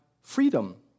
freedom